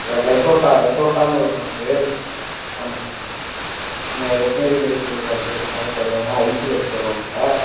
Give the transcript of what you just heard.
லெ லெசோட்டா லெசோட்டான்னு ஒரு மருந்து ஆமாம் இந்த வெட்னரி மெடிக்கல்ல கேட்டிங்கன்னாவே தருவாங்கள் ஐஸ்ல வச்சி தருவாங்கள்